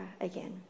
again